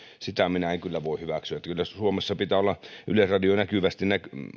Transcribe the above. sitä minä en kyllä voi hyväksyä kyllä suomessa pitää olla yleisradio näkyvästi